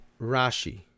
Rashi